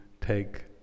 take